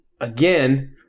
Again